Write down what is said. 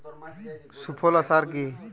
সুফলা সার কি?